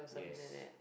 yes